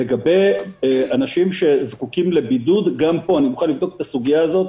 לגבי אנשים שזקוקים לבידוד גם פה אני מוכן לבדוק את הסוגיה הזאת.